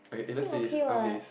think okay [what]